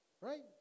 Right